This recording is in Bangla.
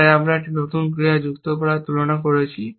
তাই আমরা একটি নতুন ক্রিয়া যুক্ত করার জন্য তুলনা করছি